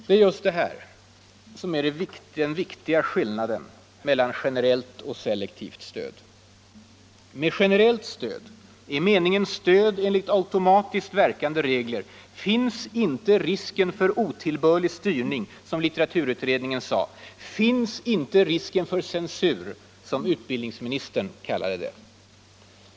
Det är just det här som är den viktiga skillnaden mellan generellt och selektivt stöd. Med generellt stöd i meningen stöd enligt automatiskt verkande regler finns inte risken för ”otillbörlig styrning” , finns inte risken för ”censur” .